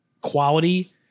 quality